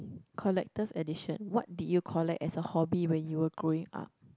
collector's edition what did you collect as a hobby when you were growing up